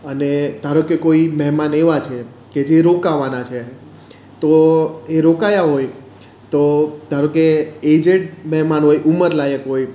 અને ધારો કે કોઈ મહેમાન એવા છે કે જે રોકાવાના છે તો એ રોકાયા હોય તો ધારો કે એજેડ મહેમાન હોય ઉંમરલાયક હોય